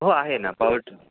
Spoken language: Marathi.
हो आहे ना पावर